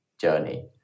journey